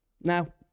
Now